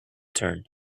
turn